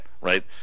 right